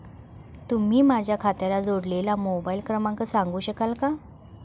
तुम्ही माझ्या खात्याला जोडलेला मोबाइल क्रमांक सांगू शकाल का?